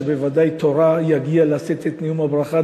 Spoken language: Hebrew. שבוודאי תורה יגיע לשאת את נאום הברכה,